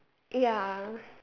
ya